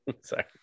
Sorry